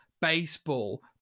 baseball